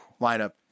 lineup